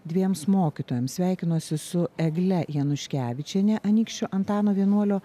dviems mokytojams sveikinuosi su egle januškevičiene anykščių antano vienuolio